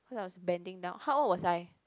cause I was bending down how old was I